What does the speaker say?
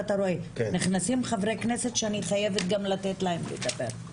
ואתה רואה נכנסים חברי כנסת שאני חייבת גם לתת להם לדבר.